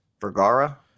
Vergara